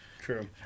True